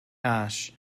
ash